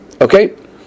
Okay